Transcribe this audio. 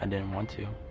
and didn't want to.